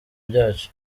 byacu